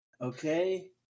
Okay